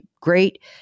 Great